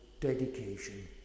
dedication